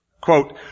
Quote